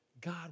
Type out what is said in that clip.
God